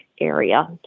area